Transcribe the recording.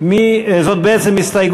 מיכל רוזין, עיסאווי פריג'